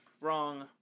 wrong